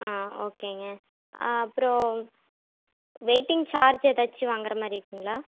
ஆ ஓகேங்க அப்புறம் waiting charge ஏதாச்சும் வாங்குற மாதிரி இருக்கீங்களா